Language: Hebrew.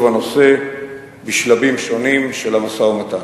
הנושא בשלבים שונים של המשא-ומתן.